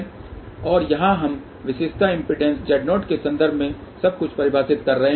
और यहाँ हम विशेषता इम्पीडेन्स Z0 के संदर्भ में सब कुछ परिभाषित कर रहे हैं